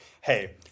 hey